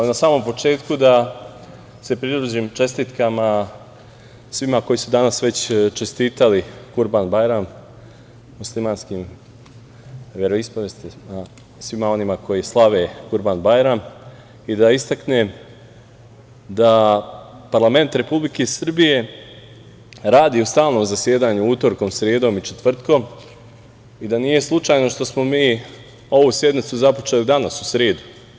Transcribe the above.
Na samom početku da se pridružim čestitkama svima koji su danas već čestitali Kurban-bajram svima onima koji slave Kurban-bajram i da istaknem da parlament Republike Srbije radi u stalnom zasedanju utorkom, sredom i četvrtkom i da nije slučajno što smo mi ovu sednicu započeli danas, u sredu.